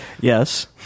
Yes